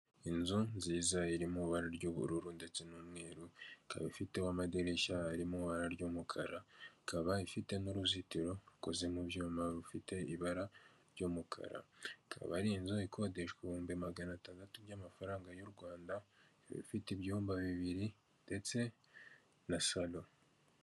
Inzu nziza iri mu ibara ry'ubururu ndetse n'umweru, ikaba ifiteho amadirishya ari mu ibara ry'umukara ikaba ifite n'uruzitiro rukozwe mu byuma rufite ibara ry'umukara, ikaba ari inzu ikodeshwa ibihumbi magana atandatu by'amafaranga y'u Rwanda. Ifite ibyumba bibiri ndetse na saro.